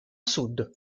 sud